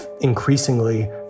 increasingly